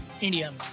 India